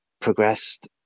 progressed